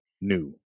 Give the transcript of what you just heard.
New